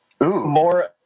More